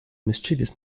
mischievous